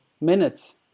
minutes